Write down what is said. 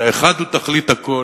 שהאחד הוא תכלית הכול,